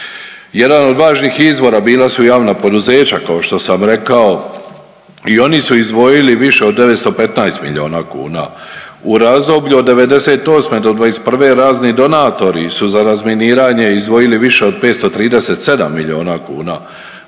Jedan od važnih izvora bila su javna poduzeća kao što sam rekao i oni su izdvojili više od 915 milijuna kuna, u razdoblju od '90.-2021. razni donatori su za razminiranje izdvojili više od 537 milijuna kuna.